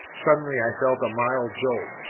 suddenly i felt a mild jolt.